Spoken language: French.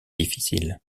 difficile